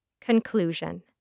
Conclusion